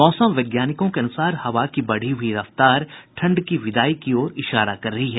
मौसम वैज्ञानिकों के अनुसार हवा की बढ़ी हुई रफ्तार ठंड की विदाई की ओर इशारा कर रही है